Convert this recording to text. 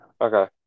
Okay